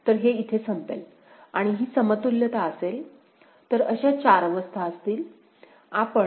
तर हे इथे संपेल आणि ही समतुल्यता असेल तर अशा चार अवस्था असतील आपण 6 वरून 4 पर्यंत आलो आहोत